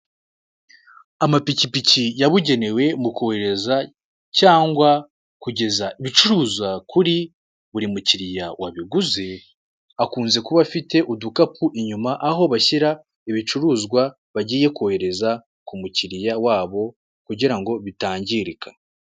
Amapikipiki yabugenewe mu kohereza cyangwa kugeza ibicuruzwa kuri buri mukiriya wabiguze, akunze kuba afite udukapu inyuma aho bashyira ibicuruzwa bagiye kohereza ku mukiriya wabo kugira ngo bitangirika.